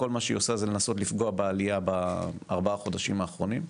כל מה שהיא עושה זה לנסות לפגוע בעלייה בארבעה חודשים האחרונים.